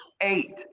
eight